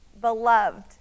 beloved